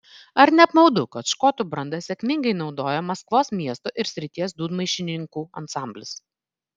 ar ne apmaudu kad škotų brandą sėkmingai naudoja maskvos miesto ir srities dūdmaišininkų ansamblis